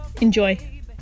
Enjoy